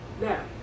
Now